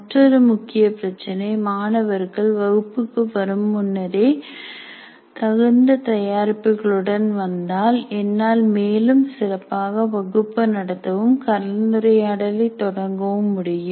மற்றொரு முக்கிய பிரச்சனை மாணவர்கள் வகுப்புக்கு வரும் முன்பே தகுந்த தயாரிப்புகளுடன் வந்தால் என்னால் மேலும் சிறப்பாக வகுப்பு நடத்தவும் கலந்துரையாடலை தொடங்கவும் முடியும்